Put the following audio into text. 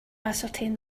ascertain